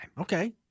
Okay